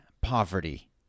poverty